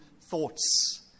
thoughts